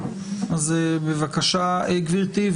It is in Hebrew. בבקשה גברתי,